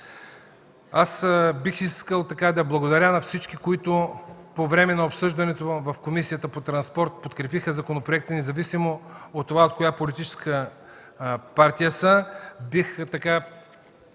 Бих искал да благодаря на всички, които по време на обсъждането в Комисията по транспорта подкрепиха законопроекта, независимо от това от коя политическа партия са. Бих